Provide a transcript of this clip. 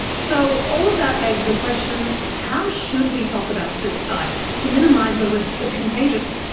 so all of that begs the question how should we talk about suicide to minimise the risk of contagion?